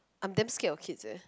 I'm damn scare of kids eh